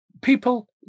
People